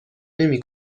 نمی